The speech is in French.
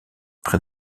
près